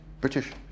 British